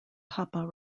papa